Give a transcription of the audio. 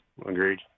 agreed